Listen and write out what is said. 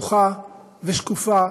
פתוחה ושקופה